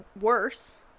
worse